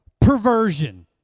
Perversion